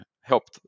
helped